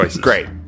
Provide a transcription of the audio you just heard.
Great